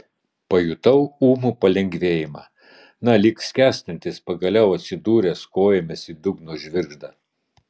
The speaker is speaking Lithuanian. pajutau ūmų palengvėjimą na lyg skęstantis pagaliau atsidūręs kojomis į dugno žvirgždą